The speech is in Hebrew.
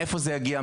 מאיפה זה יגיע?